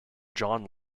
john